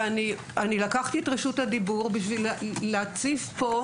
אני לקחתי את רשות הדיבור כדי להציף פה,